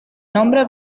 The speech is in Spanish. nombre